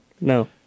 No